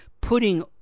putting